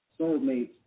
soulmates